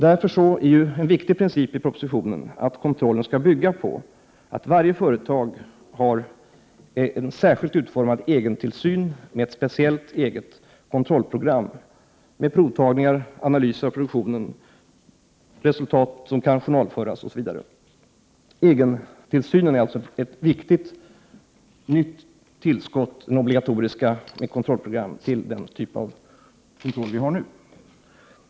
Därför är en viktig princip i propositionen att kontrollen skall bygga på att varje företag har en särskilt utformad egentillsyn med ett speciellt kontrollprogram, med provtagningar, analyser av produktionen, resultat som kan journalföras osv. Egentillsynen, med obligatoriska kontrollprogram, är alltså ett viktigt tillskott till den typ av kontroll vi har nu.